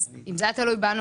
אם זה היה תלוי בנו,